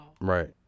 right